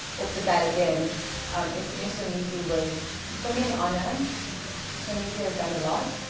off the bat again um interviewing somizi was for me an honour somizi has done a lot.